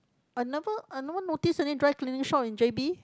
I never I never notice any dry cleaning shop in j_b